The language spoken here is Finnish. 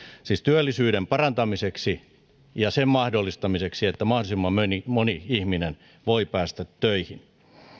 siis työllisyyden parantamiseksi ja sen mahdollistamiseksi että mahdollisimman moni moni ihminen voi päästä töihin